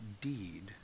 deed